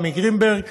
רמי גרינברג,